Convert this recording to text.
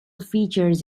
features